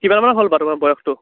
কিমানমান হ'ল বাৰু তোমাৰ বসয়টো